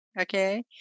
okay